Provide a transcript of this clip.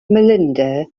melinda